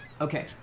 Okay